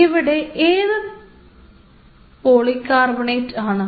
ഇവിടെ ഇത് പോളികാർബണേറ്റ് ആണ്